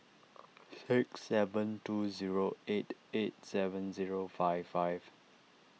six seven two zero eight eight seven zero five five